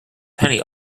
penny